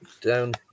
down